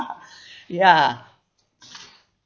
ya